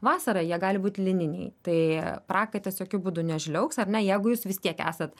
vasarą jie gali būt lininiai tai prakaitas jokiu būdu nežliaugs ar ne jeigu jūs vis tiek esat